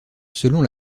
selon